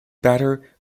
batter